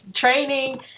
training